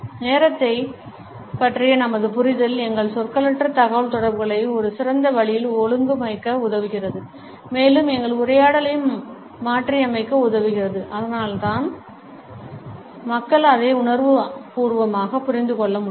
நேரத்தைப் பற்றிய நமது புரிதல் எங்கள் சொற்களற்ற தகவல்தொடர்புகளை ஒரு சிறந்த வழியில் ஒழுங்கமைக்க உதவுகிறது மேலும் எங்கள் உரையாடலையும் மாற்றியமைக்க உதவுகிறது அதனால்மக்கள் அதை உணர்வுபூர்வமாக புரிந்து கொள்ள முடியும்